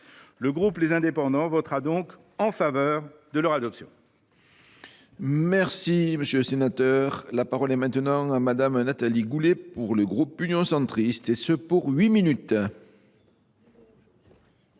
le groupe Les Indépendants votera en faveur de l’adoption